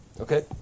Okay